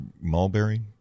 mulberry